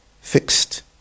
fixed